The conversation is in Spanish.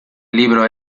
libro